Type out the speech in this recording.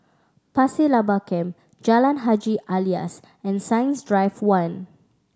Pasir Laba Camp Jalan Haji Alias and Science Drive One